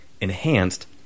enhanced